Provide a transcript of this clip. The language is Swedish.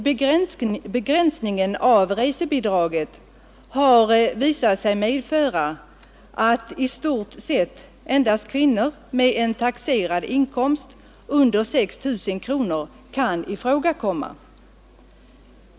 Begränsningen av resebidraget har visat sig medföra att i stort sett endast kvinnor med en taxerad inkomst under 6 000 kronor kan ifrågakomma.